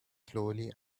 slowly